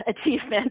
achievement